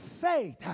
faith